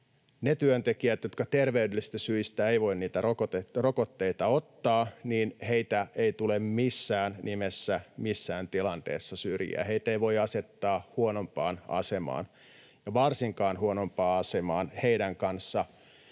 työntekijöitä, jotka ter- veydellisistä syistä eivät voi niitä rokotteita ottaa, ei tule missään nimessä missään tilanteessa syrjiä. Heitä ei voi asettaa huonompaan asemaan eikä varsinkaan huonompaan asemaan niiden kanssa,